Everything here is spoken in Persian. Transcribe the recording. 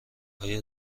آیا